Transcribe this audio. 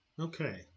Okay